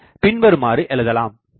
இதை பின்வருமாறு எழுதலாம்